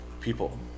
people